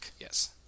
Yes